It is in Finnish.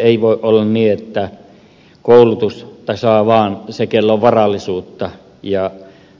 ei voi olla niin että koulutusta saa vaan se jolla on varallisuutta ja